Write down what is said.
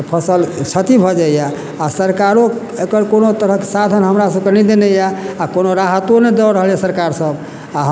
फसल क्षति भऽ जाइया आ सरकारो एकर कोनो तरहके साधन हमरा सभके नहि देने यऽ आ कोनो राहतो नहि दऽ रहल यऽ सरकार सभ आ